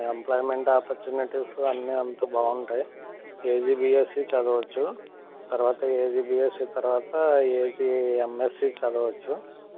employment opportunities అన్నీ అంతా బాగుంటాయి ఏజిబిఎస్సి చదవచ్చు తరువాత ఏజిబిఎస్సి తరువాత ఏజిఎమ్ఎస్సి చదవచ్చు